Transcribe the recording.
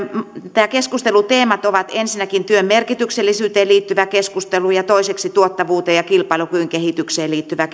nämä keskusteluteemat ovat ensinnäkin työn merkityksellisyyteen liittyvä keskustelu ja toiseksi tuottavuuteen ja kilpailukyvyn kehitykseen liittyvä